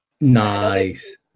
nice